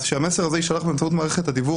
אז כשהמסר הזה יישלח באמצעות מערכת הדיוור